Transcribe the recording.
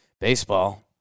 Baseball